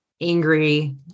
angry